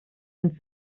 sind